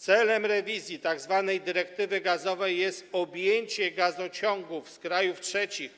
Celem rewizji tzw. dyrektywy gazowej jest objęcie gazociągów z krajów trzecich